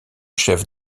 chef